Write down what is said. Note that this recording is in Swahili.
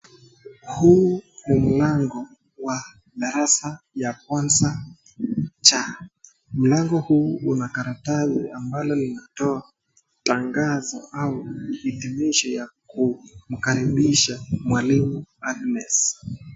Huu ni mlango wa darasa la kwanza cha. Mlango huu una karatasi ambalo linatoa tangazo au dhibitisho ya kumkaribisha mwalimu Agnes.